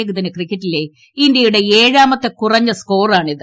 ഏകദിന ക്രിക്കറ്റിലെ ഇന്ത്യയുടെ ഏഴാമത്തെ കുറഞ്ഞ സ്കോറാണ് ഇത്